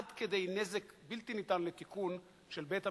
עד כדי נזק בלתי ניתן לתיקון של בית-המשפט,